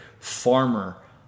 farmer